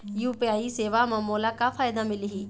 UPI सेवा म मोला का फायदा मिलही?